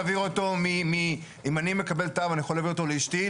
אם אני מקבל תו אני יכול להעביר אותו לאשתי,